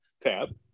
tab